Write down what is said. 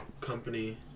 company